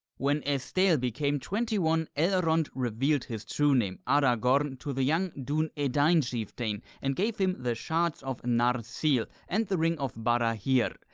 when estel became twenty one, elrond revealed his true name, aragorn, to the young dunedain chieftain and gave him the shards of narsil and the ring of barahir.